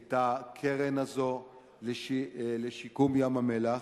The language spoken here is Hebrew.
את הקרן הזו לשיקום ים-המלח.